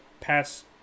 past